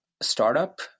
startup